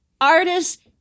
artists